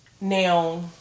Now